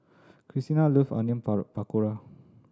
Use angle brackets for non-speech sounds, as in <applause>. Krystina love Onion <unintelligible> Pakora